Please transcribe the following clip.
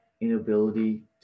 inability